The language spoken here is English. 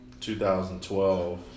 2012